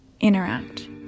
interact